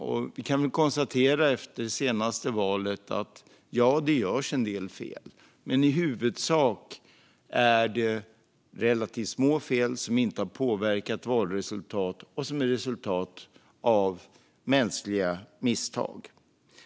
Efter det senaste valet kan vi väl konstatera att ja, det görs en del fel, men i huvudsak handlar det om relativt små fel som inte har påverkat valresultatet och som är resultat av mänskliga misstag.